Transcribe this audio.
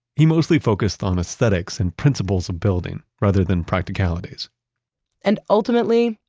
he mostly focused on aesthetics and principles of building, rather than practicalities and ultimately,